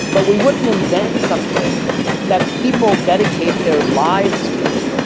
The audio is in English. but we wouldn't invent something that people dedicate their lives to,